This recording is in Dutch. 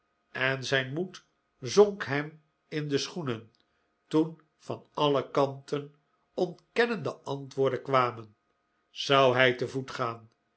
en zijn moed zonk hem in de schoenen toen van alle kanten ontkennende antwoorden kwamen zou hij te voet gaan